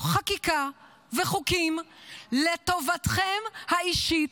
חקיקה וחוקים לטובתכם האישית,